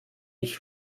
ich